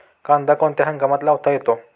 कांदा कोणत्या हंगामात लावता येतो?